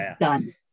done